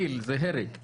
קיל זה הרג.